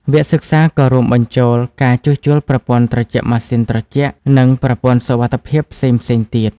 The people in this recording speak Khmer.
វគ្គសិក្សាក៏រួមបញ្ចូលការជួសជុលប្រព័ន្ធត្រជាក់ម៉ាស៊ីនត្រជាក់ និងប្រព័ន្ធសុវត្ថិភាពផ្សេងៗទៀត។